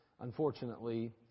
unfortunately